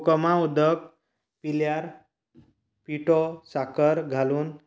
कोकमां उदक पिल्यार पिठो साखर घालून